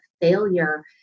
failure